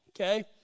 Okay